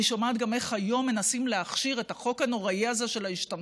אני שומעת גם איך היום מנסים להכשיר את החוק הנוראי הזה של ההשתמטות,